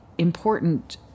important